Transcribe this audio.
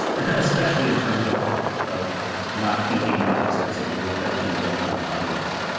especially in terms of of not thinking about this as a work that would be read by an audience.